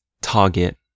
target